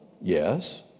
Yes